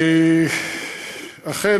אכן,